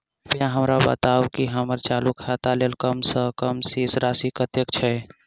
कृपया हमरा बताबू की हम्मर चालू खाता लेल कम सँ कम शेष राशि कतेक छै?